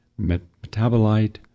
metabolite